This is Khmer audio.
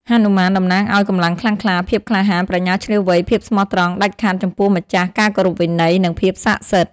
ហនុមានតំណាងឱ្យ កម្លាំងខ្លាំងក្លា ភាពក្លាហាន ប្រាជ្ញាឈ្លាសវៃ ភាពស្មោះត្រង់ដាច់ខាតចំពោះម្ចាស់ ការគោរពវិន័យ និងភាពស័ក្ដិសិទ្ធិ ។